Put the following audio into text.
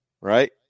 Right